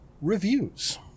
Reviews